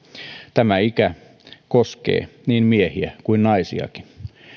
tämä ikä koskee niin miehiä kuin naisiakin